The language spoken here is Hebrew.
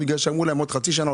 בגלל שאמרו להם עוד חצי שנה,